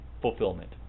fulfillment